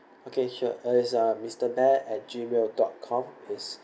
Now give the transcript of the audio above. okay sure it's uh mister bear at Gmail dot com it's